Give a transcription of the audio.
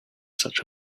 such